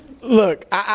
Look